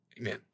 Amen